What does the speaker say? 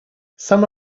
some